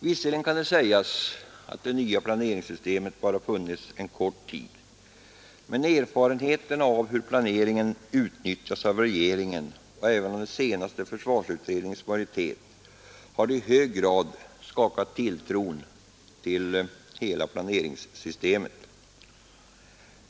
Visserligen kan det sägas att det nya planeringssystemet bara har funnits en kort tid, men erfarenheterna av hur planeringen utnyttjats av regeringen och även av den senaste försvarsutredningens majoritet har i hög grad skadat tilltron till hela planeringssystemet.